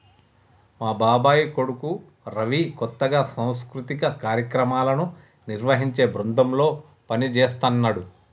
మా బాబాయ్ కొడుకు రవి కొత్తగా సాంస్కృతిక కార్యక్రమాలను నిర్వహించే బృందంలో పనిజేత్తన్నాడు